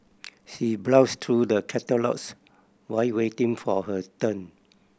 she browsed through the catalogues while waiting for her turn